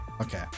Okay